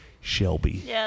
Shelby